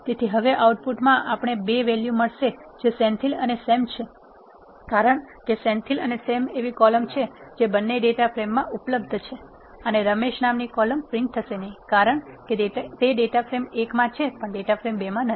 તેથી હવે આઉટપુટ માં આપણને ૨ વેલ્યુ મળશે જે સેન્થીલ અને સેમ છે કારણકે સેન્થીલ અને સેમ એવી કોલમ છે જે બંને ડેટા ફ્રેમ માં ઉપલબ્ધ છે અને રમેશ નામની કોલમ પ્રિન્ટ થશે નહિ કારણકે તે ડેટા ફ્રેમ 1 માં છે પણ ડેટા ફ્રેમ ૨ માં નથી